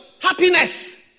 happiness